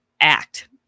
act